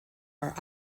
are